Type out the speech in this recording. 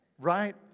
right